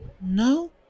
No